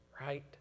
right